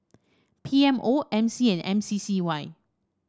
P M O M C and M C C Y